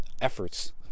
efforts